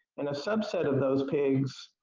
and a subset of those pigs